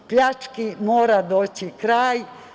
Pljački mora doći kraj.